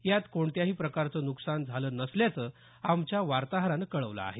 यात कोणत्याही प्रकारचं नुकसान झालं नसल्याचं आमच्या वार्ताहरांनं कळवलं आहे